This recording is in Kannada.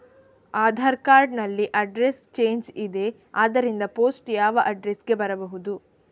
ಆಧಾರ್ ಕಾರ್ಡ್ ನಲ್ಲಿ ಅಡ್ರೆಸ್ ಚೇಂಜ್ ಇದೆ ಆದ್ದರಿಂದ ಪೋಸ್ಟ್ ಯಾವ ಅಡ್ರೆಸ್ ಗೆ ಬರಬಹುದು?